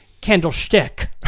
candlestick